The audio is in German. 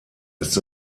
ist